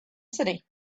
city